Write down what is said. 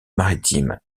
maritime